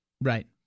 Right